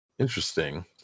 Interesting